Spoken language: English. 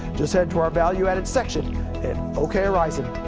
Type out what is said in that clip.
just head to our value added section at ok horizon